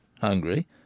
hungry